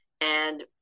And-